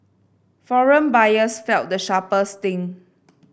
foreign buyers felt the sharpest sting